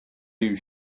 you